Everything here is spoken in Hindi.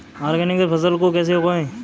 ऑर्गेनिक फसल को कैसे उगाएँ?